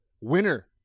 winner